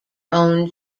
own